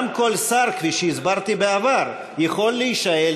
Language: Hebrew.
גם כל שר, כפי שהסברתי בעבר, יכול להישאל.